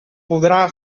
podrà